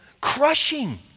crushing